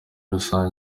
rusange